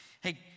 Hey